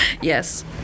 yes